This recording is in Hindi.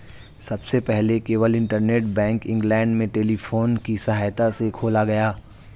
सबसे पहले केवल इंटरनेट बैंक इंग्लैंड में टेलीफोन की सहायता से खोला गया